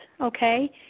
okay